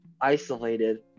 isolated